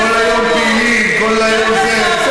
כל היום פעילים, כל היום זה.